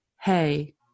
hey